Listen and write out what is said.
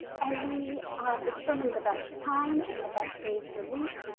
and we determined the best time and the best days of the week.